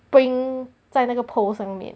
bring 在那个 post 上面